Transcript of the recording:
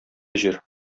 җир